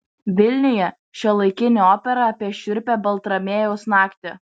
vilniuje šiuolaikinė opera apie šiurpią baltramiejaus naktį